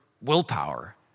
willpower